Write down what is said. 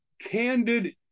candid